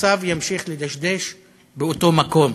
המצב ימשיך לדשדש באותו מקום.